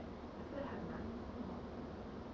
可是很难做